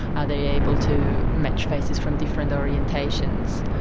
are they able to match faces from different orientations?